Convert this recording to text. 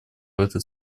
этот